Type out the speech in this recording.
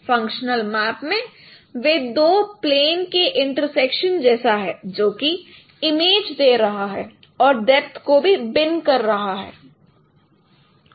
functional map में वह दो प्लेन के इंटरसेक्शन जैसा है जो की इमेज दे रहा है और डेप्थ को भी भिन्न कर रहा है